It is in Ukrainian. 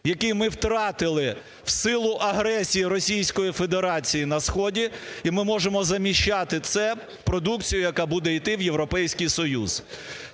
який ми втратили в силу агресії Російської Федерації на сході, і ми можемо заміщати це продукцією, яка буде йти в Європейський Союз.